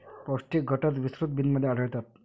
पौष्टिक घटक विस्तृत बिनमध्ये आढळतात